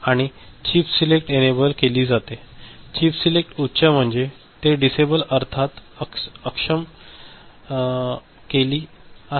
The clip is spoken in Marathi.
आणि चिप सिलेक्ट एनेबल केली जाते चिप सिलेक्ट उच्च म्हणजे ते डिसेबल अर्थात अक्षम केली आहे